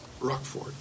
Rockford